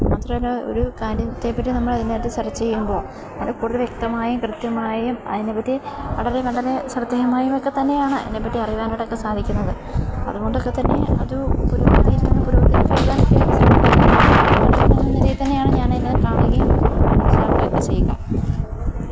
മാത്രമല്ല ഒരു കാര്യത്തെപ്പറ്റി നമ്മൾ അതിനായിട്ട് സർച്ച് ചെയ്യുമ്പോൾ അത് കൂടുതൽ വ്യക്തമായും കൃത്യമായും അതിനെപ്പറ്റി വളരെ വളരെ ശ്രദ്ധേയമായും ഒക്കെത്തന്നെയാണ് അതിനെപ്പറ്റി അറിയുവാനായിട്ടൊക്കെ സാധിക്കുന്നത് അതു കൊണ്ടൊക്കെ തന്നെ അത് പുരോഗമനം ആയിരിക്കുന്ന പുരോഗതിക്ക് വേണ്ടിയാണിപ്പോഴും എന്ന നിലയില് തന്നെയാണ് ഞാനതിനെ കാണുകയും ഒക്കെ ചെയ്യുക